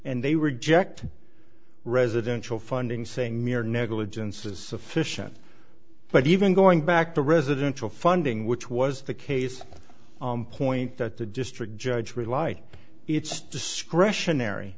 and they reject residential funding saying mere negligence is sufficient but even going back to residential funding which was the case point that the district judge relight it's discretionary